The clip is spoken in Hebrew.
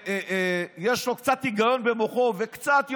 יש לו קצת היגיון במוחו וקצת יושר,